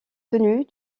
tenus